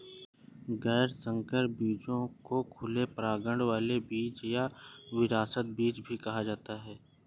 गैर संकर बीजों को खुले परागण वाले बीज या विरासत के बीज भी कहा जाता है